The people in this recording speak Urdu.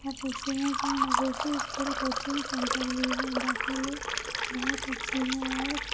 of excellence and Owaisi school coaching centre بھی ہے داخلہ بہت اچھی ہے اور